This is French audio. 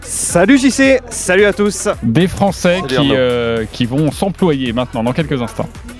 Salut JC, salut à tous. Des Français Salut qui, Arnaud. euh, qui vont s'employer maintenant, dans quelques instants.